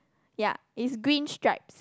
ya it's green stripes